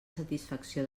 satisfacció